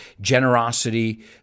generosity